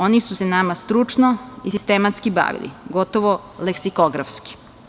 Oni su se nama stručno i sistematski bavili, gotovo leksikografski.